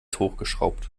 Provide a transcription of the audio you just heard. hochgeschraubt